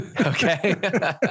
Okay